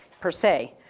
per se,